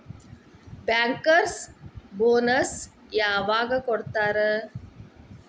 Bankers bonus ಯವಾಗ್ ಕೊಡ್ತಾರ?